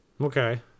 Okay